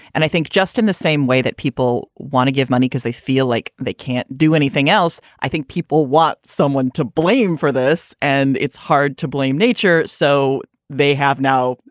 and i think just in the same way that people want to give money because they feel like they can't do anything else. i think people want someone to blame for this. and it's hard to blame nature. so they have now.